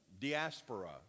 diaspora